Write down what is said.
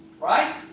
right